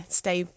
stay